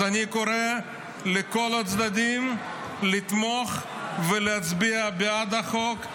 אז אני קורא לכל הצדדים לתמוך ולהצביע בעד החוק,